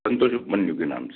संतोष उर्फ़ मंजु के नाम से